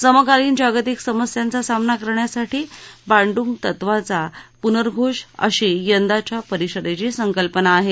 समकालीन जागतिक समस्यांचा सामना करण्यासाठी बांडुंग तत्वांचा पुनर्घोष अशी यंदाच्या परिषदेची संकल्पना आहे